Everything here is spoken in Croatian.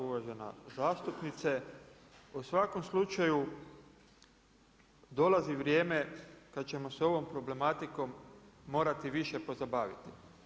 Uvažena zastupnice, u svakom slučaju dolazi vrijeme kada ćemo sa ovom problematikom morati se više pozabaviti.